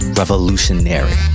revolutionary